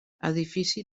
edifici